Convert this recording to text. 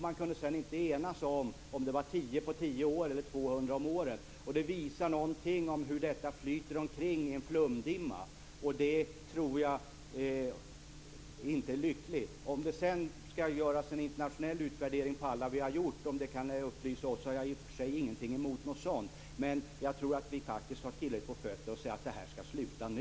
De kunde sedan inte ena sig om det var tio på tio år eller 200 om året. Det här visar hur detta flyter omkring i en flumdimma. Det är inte lyckligt. Jag har i och för sig inget emot att det sedan skall göras en internationell utvärdering av alla utvärderingar som har gjorts. Men jag tror att vi har tillräckligt på fötterna för att säga att detta skall avslutas nu.